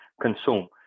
consume